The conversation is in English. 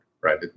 right